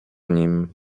nim